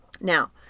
Now